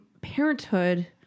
parenthood